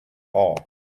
all